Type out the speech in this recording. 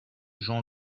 jean